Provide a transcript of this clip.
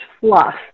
fluff